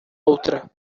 outra